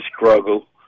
struggle